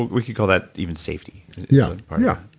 we could call that even safety yeah ah yeah